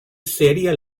seria